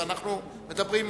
אנחנו מסכימים.